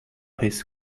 his